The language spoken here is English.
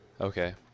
Okay